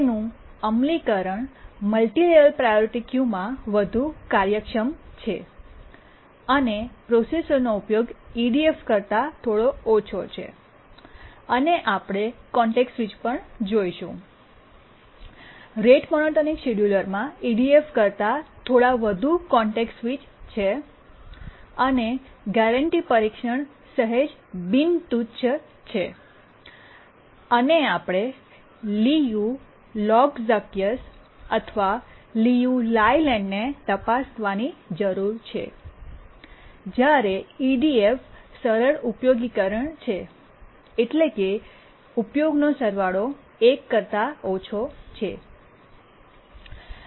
તેનું અમલીકરણ multi level priority ક્યુમાં વધુ કાર્યક્ષમ છે અને પ્રોસેસરનો ઉપયોગ ઈડીએફ કરતા થોડો ઓછો છે અને આપણે કોન્ટેક્સ્ટ સ્વિચ પર જોશું રેટ મોનોટોનિક શિડ્યુલરમાં ઈડીએફ કરતાં થોડી વધુ કોન્ટેક્સ્ટ સ્વિચ છે અને ગેરંટી પરીક્ષણ સહેજ બિન તુચ્છ છે અને આપણે લિયુ લહૌકઝકયસ અથવા લિયુ લાયલેન્ડ ને તપાસવાની જરૂર છે જ્યારે ઈડીએફ સરળ ઉપયોગીકરણ છે એટલે કે ઉપયોગનો સરવાળો 1 કરતા ઓછો છે